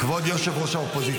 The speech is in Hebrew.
כי היא נבחרת ציבור.